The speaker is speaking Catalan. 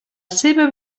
seva